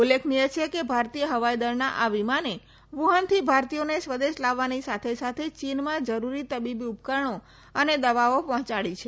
ઉલ્લેખનીય છે કે ભારતીય હવાઇદળના આ વિમાને વુહાનથી ભારતીયોને સ્વદેશ લાવવાની સાથે સાથે ચીનમાં જરૂરી તબીબી ઉપકરણો અને દવાઓ પહોચાડી છે